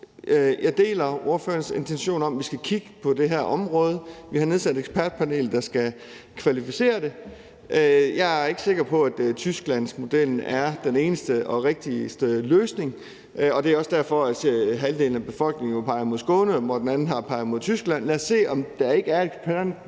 jeg deler ordførerens intention om, at vi skal kigge på det her område. Vi har nedsat et ekspertpanel, der skal kvalificere det. Jeg er ikke sikker på, at tysklandsmodellen er den eneste og rigtigste løsning, og det er også derfor, at halvdelen af befolkningen jo peger mod Skåne, mens den anden halvdel peger mod Tyskland. Lad os se, om ikke ekspertpanelet